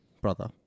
brother